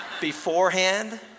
beforehand